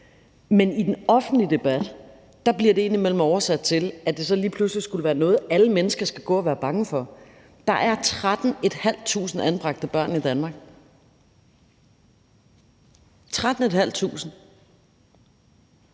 Men i den offentlige debat bliver det indimellem oversat til, at det så lige pludselig skulle være noget, alle mennesker skal gå og være bange for. Der er 13.500 anbragte børn i Danmark – 13.500.